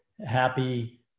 happy